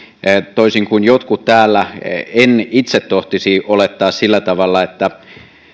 toisin kuin jotkut täällä en itse tohtisi olettaa sillä tavalla että